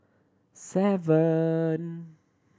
seven